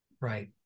Right